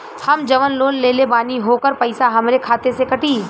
हम जवन लोन लेले बानी होकर पैसा हमरे खाते से कटी?